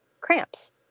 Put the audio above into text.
cramps